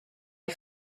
les